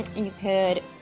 and you could